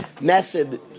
method